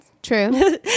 True